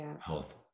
Health